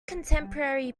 contemporary